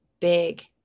big